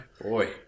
Boy